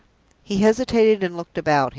he hesitated, and looked about him.